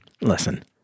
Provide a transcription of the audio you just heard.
listen